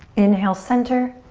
inhale center,